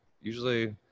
usually